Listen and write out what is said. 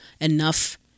enough